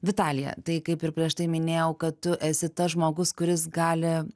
vitalija tai kaip ir prieš tai minėjau kad tu esi tas žmogus kuris gali